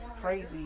crazy